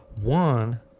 One